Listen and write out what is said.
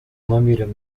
намерен